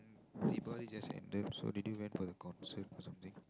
mm Deepavali just ended so did you went for the concert or something